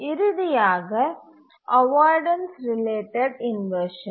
இறுதியாக avoidance related inversion